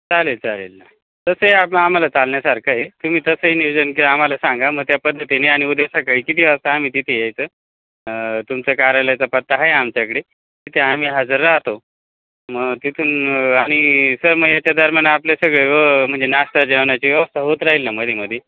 चालेल चालेल ना तसं आहे आम आम्हाला चालण्यासारखं आहे तुम्ही तसंही नियोजन की आम्हाला सांगा मग त्या पद्धतीने आणि उद्या सकाळी किती वाजता आम्ही तिथे यायचं तुमचं कार्यालयाचा पत्ता आहे आमच्याकडे तिथे आम्ही हजर राहतो मग तिथून आणि सर मग ह्याच्या दरम्यान आपले सगळे व म्हणजे नाश्ता जेवणाची व्यवस्था होत राहील ना मध्येमध्ये